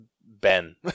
Ben